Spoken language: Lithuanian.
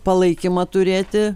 palaikymą turėti